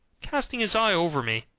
casting his eye over me